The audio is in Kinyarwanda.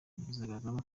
izagaragaramo